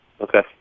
Okay